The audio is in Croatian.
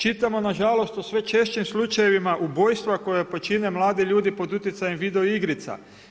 Čitamo nažalost u sve češćim slučajevima ubojstva koje počine mladi ljudi pod utjecajem video igrica.